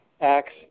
Acts